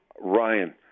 Ryan